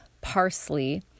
parsley